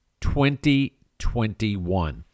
2021